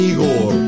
Igor